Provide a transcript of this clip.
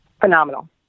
phenomenal